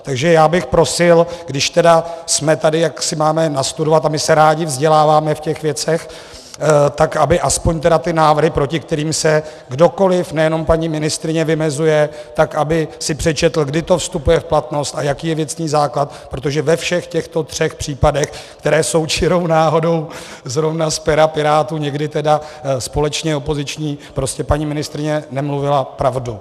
Takže já bych prosil, když tedy jaksi máme nastudovat, a my se rádi vzděláváme v těch věcech, tak aby aspoň tedy ty návrhy, proti kterým se kdokoliv, nejenom paní ministryně, vymezuje, tak aby si přečetl, kdy to vstupuje v platnost a jaký je věcný základ, protože ve všech těchto třech případech, které jsou čirou náhodou zrovna z pera pirátů, někdy tedy společně opoziční, prostě paní ministryně nemluvila pravdu.